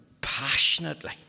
passionately